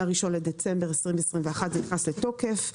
מהאחד בדצמבר 2021 זה נכנס לתוקף,